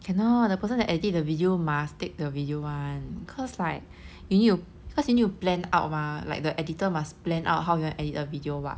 cannot the person that edit the video must take the video one cause like you need to because you need to plan out mah like the editor must plan out how you want to edit the video what